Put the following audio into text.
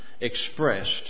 expressed